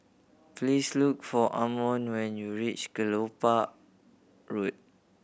please look for Amon when you reach Kelopak Road